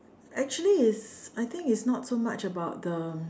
actually it's I think is not so much about the